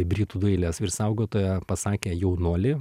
britų dailės ir vyrsaugotoja pasakė jaunuoli